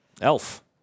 Elf